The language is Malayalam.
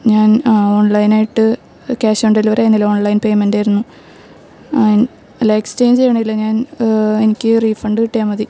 ഞാൻ ഓൺലൈനായിട്ട് ക്യാഷ് ഓൺ ഡെലിവറി തന്നല്ല ഓൺലൈൻ പേയ്മെൻറ്റാരുന്നു എൻ അല്ല എക്സ്ചേഞ്ച് ചെയ്യുന്നിൽ ഞാൻ എനിക്ക് റീഫണ്ട് കിട്ടിയാൽ മതി